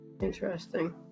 Interesting